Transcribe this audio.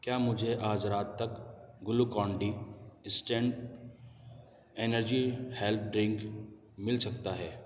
کیا مجھے آج رات تک Glucon D instant energy health drink مل سکتا ہے